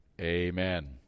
Amen